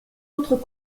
autres